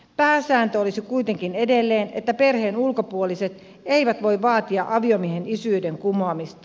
pääsääntö olisi kuitenkin edelleen että perheen ulkopuoliset eivät voi vaatia aviomiehen isyyden kumoamista